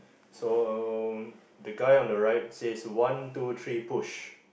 so the guy on the right says one two three push